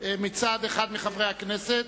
מצד אחד מחברי הכנסת,